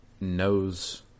knows